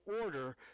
order